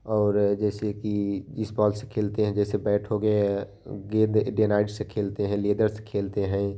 और जैसे कि जिस बॉल से खेलते हैं जैसे बैट हो गया है गेंद डे नाइट से खेलते हैं लेदर से खेलते हैं